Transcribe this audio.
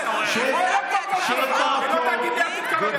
היא לא תגיד לי: עד שאתה לא הולך.